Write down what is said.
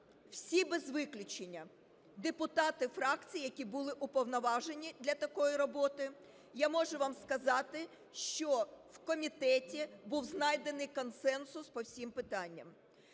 всі без виключення депутати фракцій, які були уповноважені для такої роботи, я можу вам сказати, що в комітеті був знайдений консенсус по всім питанням.